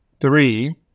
Three